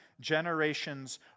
generations